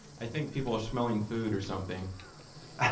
i think people are smelling food or something.